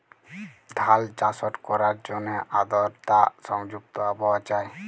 ধাল চাষট ক্যরার জ্যনহে আদরতা সংযুক্ত আবহাওয়া চাই